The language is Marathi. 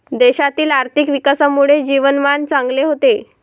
देशातील आर्थिक विकासामुळे जीवनमान चांगले होते